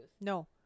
No